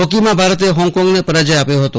હોકીમાં ભારતે હોંગકોંગને પરાજય આપ્યો હતો